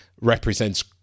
represents